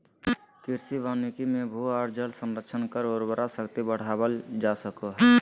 कृषि वानिकी मे भू आर जल संरक्षण कर उर्वरा शक्ति बढ़ावल जा हई